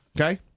Okay